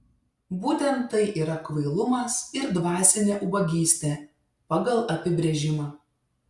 būtent tai yra kvailumas ir dvasinė ubagystė pagal apibrėžimą